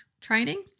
training